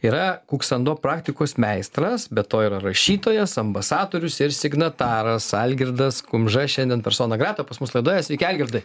yra kuksando praktikos meistras be to ir rašytojas ambasadorius ir signataras algirdas kumža šiandien persona grata pas mus laidoje sveiki algirdai